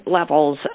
levels